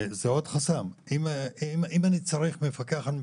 אם אני צריך מפקח על המפקח,